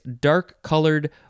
dark-colored